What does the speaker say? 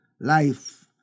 life